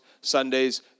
Sundays